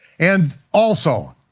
and also,